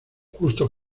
justo